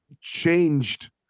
changed